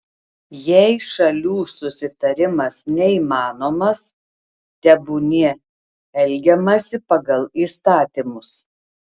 jei šalių susitarimas neįmanomas tebūnie elgiamasi pagal įstatymus